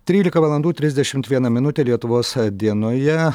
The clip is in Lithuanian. trylika valandų trisdešimt viena minutė lietuvos dienoje